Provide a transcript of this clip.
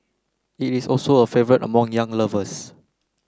it is also a favourite among young lovers